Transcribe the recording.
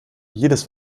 jedes